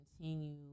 continue